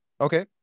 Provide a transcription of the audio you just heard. Okay